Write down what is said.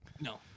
No